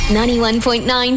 91.9